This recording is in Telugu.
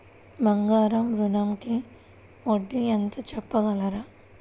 బంగారు ఋణంకి వడ్డీ ఎంతో చెప్పగలరా?